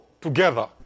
together